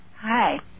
Hi